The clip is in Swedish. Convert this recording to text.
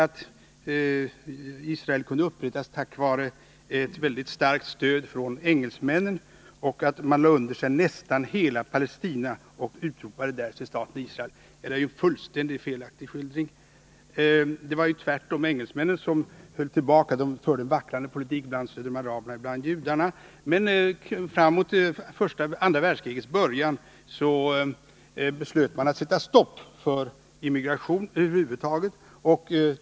Det påstås t.ex. att Israel kunde upprättas tack vare ett mycket starkt stöd från engelsmännen och att man lade under sig nästan hela Palestina och därefter utropade staten Israel. Detta är en fullständigt felaktig skildring. Det var tvärtom engelsmännen som höll tillbaka judarna. Engelsmännen Nr 34 förde ju en vacklande politik — ibland stödde de judarna, ibland araberna. Onsdagen den Men vid andra världskrigets början beslöt man att sätta stopp för 26 november 1980 immigration över huvud taget.